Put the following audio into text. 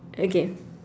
okay